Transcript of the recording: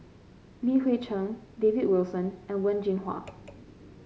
Li Hui Cheng David Wilson and Wen Jinhua